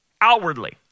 outwardly